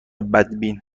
بدبین